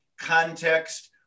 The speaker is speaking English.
context